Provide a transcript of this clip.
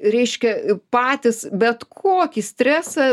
reiškia patys bet kokį stresą